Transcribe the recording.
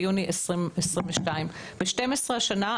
ביוני 2022. ב-12 שנה,